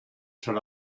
ser